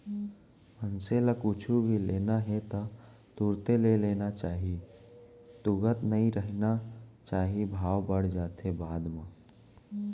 मनसे ल कुछु भी लेना हे ता तुरते ले लेना चाही तुगत नइ रहिना चाही भाव बड़ जाथे बाद म